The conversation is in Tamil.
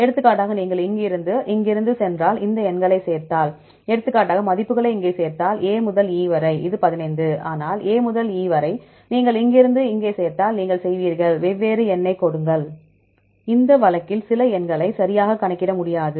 எடுத்துக்காட்டாக நீங்கள் இங்கிருந்து இங்கிருந்து சென்றால் இந்த எண்களைச் சேர்த்தால் எடுத்துக்காட்டாக மதிப்புகளை இங்கே சேர்த்தால் A முதல் E வரை இது 15 ஆனால் A முதல் E வரை நீங்கள் இங்கிருந்து இங்கே சேர்த்தால் நீங்கள் செய்வீர்கள் வெவ்வேறு எண்ணைக் கொடுங்கள் இந்த வழக்கில் சில எண்களை சரியாக கணக்கிட முடியாது